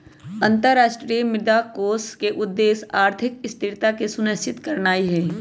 अंतरराष्ट्रीय मुद्रा कोष के उद्देश्य आर्थिक स्थिरता के सुनिश्चित करनाइ हइ